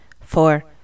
four